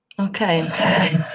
Okay